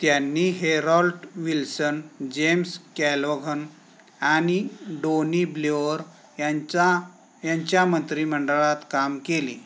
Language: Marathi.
त्यांनी हेरॉल्ड विल्सन जेम्स कॅलोघन आणि डोनी ब्ल्योओर यांचा यांच्या मंत्रीमंडळात काम केली